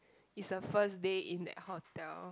it's your first day in that hotel